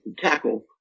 tackle